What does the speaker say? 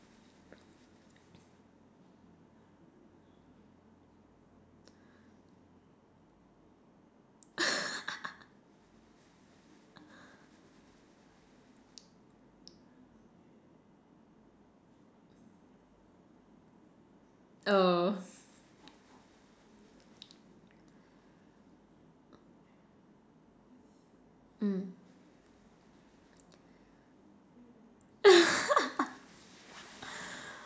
oh mm